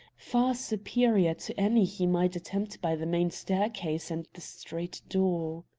far superior to any he might attempt by the main staircase and the street-door.